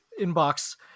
inbox